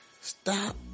stop